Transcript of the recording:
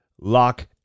Lock &